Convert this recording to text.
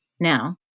now